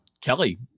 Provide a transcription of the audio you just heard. Kelly